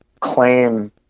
claim